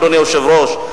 אדוני היושב-ראש.